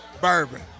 Bourbon